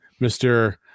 Mr